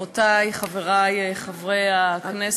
זה יום האדמה ה-40, 40 שנה ליום האדמה ההיסטורי